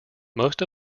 most